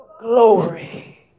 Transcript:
glory